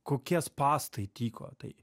kokie spąstai tyko tai